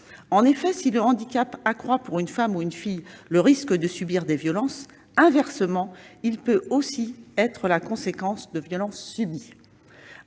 En effet, si le handicap accroît pour une femme ou une fille le risque de subir des violences, inversement il peut aussi être la conséquence de violences subies.